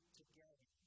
together